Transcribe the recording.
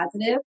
positive